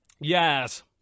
yes